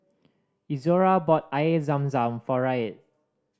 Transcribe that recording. Izora bought Air Zam Zam for Reid